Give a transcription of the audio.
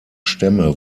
stämme